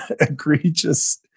egregious